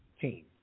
team